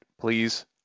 please